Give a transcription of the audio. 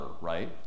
right